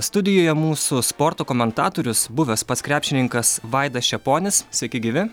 studijoje mūsų sporto komentatorius buvęs pats krepšininkas vaidas čeponis sveiki gyvi